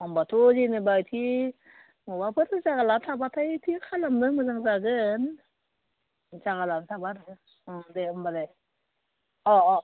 होनबाथ' जेनेबा एसे माबाफोर जायगा लाना थाबाथाय बिदि खालामनो मोजां जागोन जायगा लाना थाबा आरो ओं दे होनबालाय अ अ